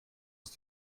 ist